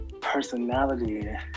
personality